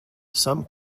some